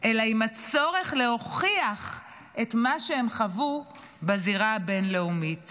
אלא עם הצורך להוכיח בזירה הבין-לאומית את מה שהם חוו.